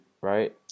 right